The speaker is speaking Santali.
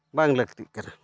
ᱵᱟᱝ ᱞᱟᱹᱠᱛᱤᱜ ᱠᱟᱱᱟ